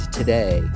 today